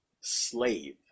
slave